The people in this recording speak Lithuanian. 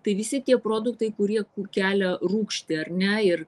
tai visi tie produktai kurie kelia rūgštį ar ne ir